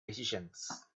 decisions